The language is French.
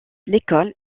l’école